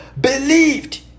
believed